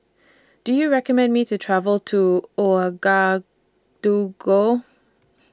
Do YOU recommend Me to travel to Ouagadougou